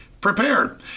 prepared